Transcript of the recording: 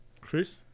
Chris